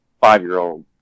five-year-old